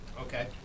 Okay